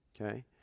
Okay